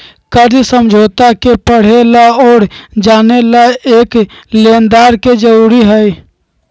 कर्ज समझौता के पढ़े ला और जाने ला एक लेनदार के जरूरी हई